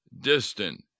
distant